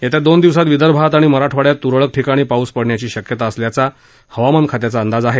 येत्या दोन दिवसात विदर्भात आणि मराठवाड्यात तुरळक ठिकाणी पाऊस पडण्याची शक्यता असल्याचा हवामान खात्याचा अंदाज आहे